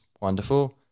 wonderful